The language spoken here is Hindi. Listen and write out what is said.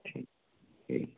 ठीक ठीक